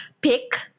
pick